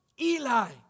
Eli